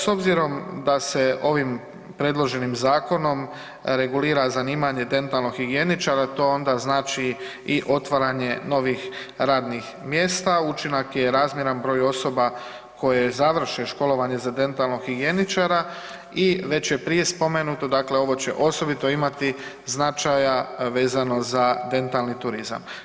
S obzirom da se ovim predloženim zakonom regulira zanimanje dentalnog higijeničara to onda znači i otvaranje novih radnih mjesta, učinak je razmjeran broju osoba koje završe školovanje za dentalnog higijeničara i već je prije spomenuto, dakle ovo će osobito imati značaja vezano za dentalni turizam.